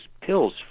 pills